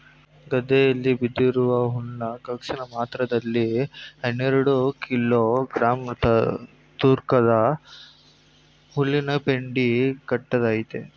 ಗದ್ದೆಯಲ್ಲಿ ಬಿದ್ದಿರೋ ಹುಲ್ನ ಕ್ಷಣಮಾತ್ರದಲ್ಲಿ ಹನ್ನೆರೆಡು ಕಿಲೋ ಗ್ರಾಂ ತೂಕದ ಹುಲ್ಲಿನಪೆಂಡಿ ಕಟ್ತದೆ